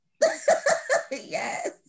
Yes